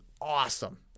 awesome